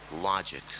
logic